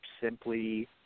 simply